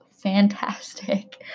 fantastic